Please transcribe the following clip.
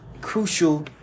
crucial